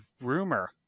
rumor